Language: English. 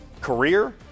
career